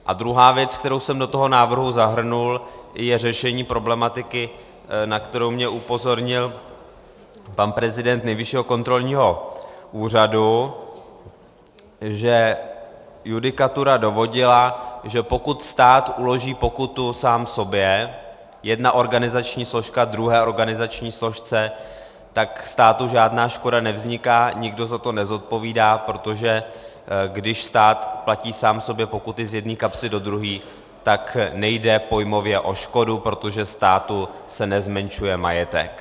A druhá věc, kterou jsem do toho návrhu zahrnul, je řešení problematiky, na kterou mě upozornil pan prezident Nejvyššího kontrolního úřadu, že judikatura dovodila, že pokud stát uloží pokutu sám sobě, jedna organizační složka druhé organizační složce, tak státu žádná škoda nevzniká, nikdo za to nezodpovídá, protože když stát platí sám sobě pokuty z jedné kapsy do druhé, tak nejde pojmově o škodu, protože státu se nezmenšuje majetek.